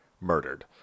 murdered